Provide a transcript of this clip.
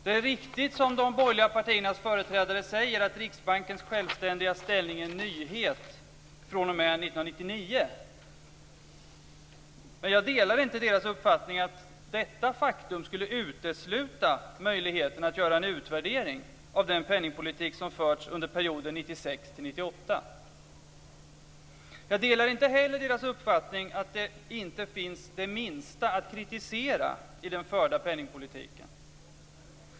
Det är riktigt som de borgerliga partiernas företrädare säger att Riksbankens självständiga ställning är en nyhet fr.o.m. 1999. Jag delar inte deras uppfattning att detta faktum skulle utesluta möjligheten att göra en utvärdering av den penningpolitik som förts under perioden 1996 1998. Jag delar inte heller deras uppfattning att det inte finns det minsta att kritisera i den förda penningpolitiken.